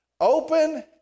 open